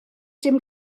dim